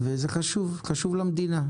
זה חשוב למדינה.